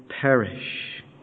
perish